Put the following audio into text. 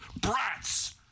brats